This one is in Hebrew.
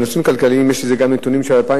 בנושאים כלכליים יש גם נתונים של 2010,